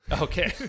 Okay